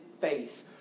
face